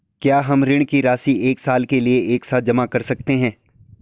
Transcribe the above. क्या हम ऋण की राशि एक साल के लिए एक साथ जमा कर सकते हैं?